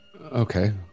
Okay